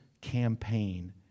campaign